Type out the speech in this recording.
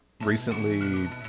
recently